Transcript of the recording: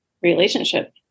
relationship